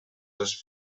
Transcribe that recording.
les